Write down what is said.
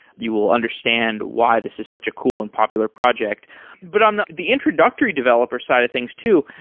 you will understand why this is such a cool and popular project but on the the introductory developer side of things too,